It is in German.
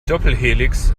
doppelhelix